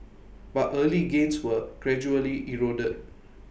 but early gains were gradually eroded